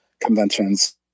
conventions